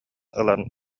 ылан